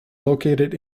located